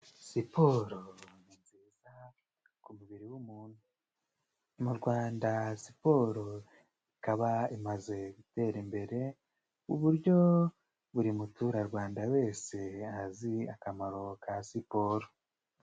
Siporoni ni nziza ku mubiri w'umuntu, mu Rwanda siporo ikaba imaze gutera imbere kuburyo buri muturarwanda wese azi akamaro ka siporo.